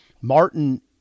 Martin –